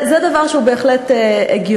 זה דבר שהוא בהחלט הגיוני.